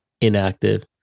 inactive